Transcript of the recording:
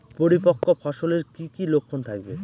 পরিপক্ক ফসলের কি কি লক্ষণ থাকবে?